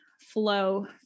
flow